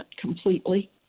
completely